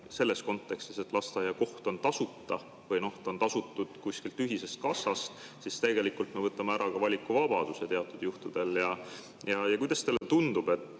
selles kontekstis, et lasteaiakoht on tasuta või noh, ta on tasutud kuskilt ühisest kassast, siis tegelikult me võtame ära valikuvabaduse teatud juhtudel. Kuidas teile tundub,